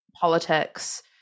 politics